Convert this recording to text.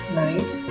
nice